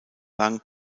lang